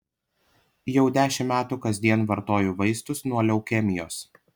jau dešimt metų kasdien vartoju vaistus nuo leukemijos